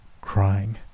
crying